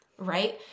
right